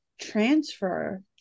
transfer